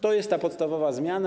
To jest ta podstawowa zmiana.